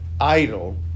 idol